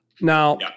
Now